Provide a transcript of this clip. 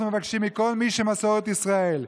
אנחנו מבקשים מכל מי שמסורת ישראל,